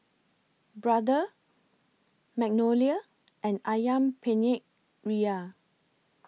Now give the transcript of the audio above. Brother Magnolia and Ayam Penyet Ria